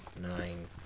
nine